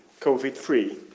COVID-free